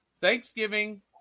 Thanksgiving